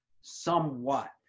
somewhat